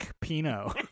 Pino